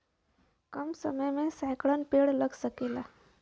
कम समय मे सैकड़न पेड़ लग सकेला